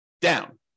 down